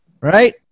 Right